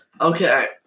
Okay